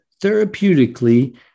therapeutically